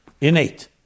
innate